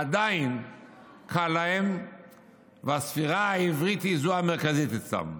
עדין קל להם והספירה העברית היא זו המרכזית אצלם.